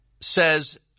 says